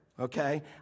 Okay